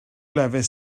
lefydd